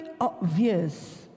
obvious